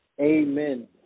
amen